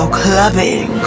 clubbing